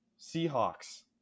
Seahawks